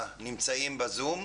הנמצאים בזום,